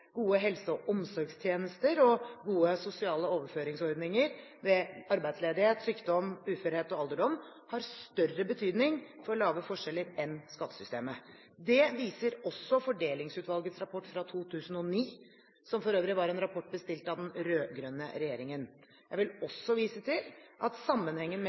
gode helse- og omsorgstjenester og gode sosiale overføringsordninger ved arbeidsledighet, sykdom, uførhet og alderdom har større betydning for lave forskjeller enn skattesystemet. Det viser også Fordelingsutvalgets rapport fra 2009, som for øvrig var en rapport bestilt av den rød-grønne regjeringen. Jeg vil også vise til at sammenhengen